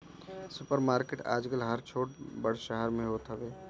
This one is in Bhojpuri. सुपर मार्किट आजकल हर छोट बड़ शहर में होत हवे